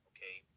Okay